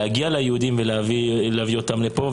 להגיע ליהודים ולהביא אותם לפה,